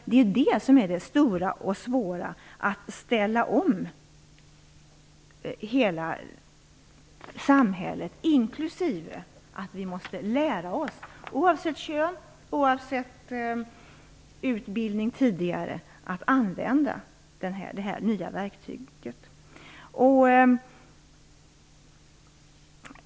Det är det som är det stora och svåra, att ställa om hela samhället, inklusive att vi, oavsett kön, oavsett tidigare utbildning, måste lära oss att använda det nya verktyget.